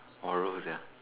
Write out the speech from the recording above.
oral exam